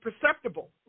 perceptible